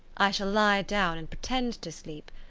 i shall lie down and pretend to sleep,